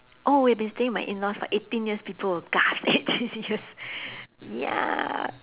oh we have been staying with my in laws for eighteen years people will gasp eighteen years ya